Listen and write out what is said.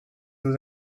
eaux